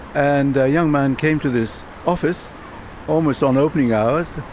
and a young man came to this office almost on opening hours.